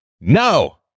No